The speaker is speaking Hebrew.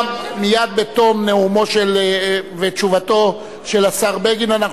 מייד בתום נאומו ותשובתו של השר בגין אנחנו